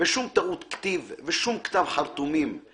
ושום טעות כתיב / ושום כתב חרטומים /